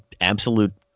absolute